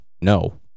No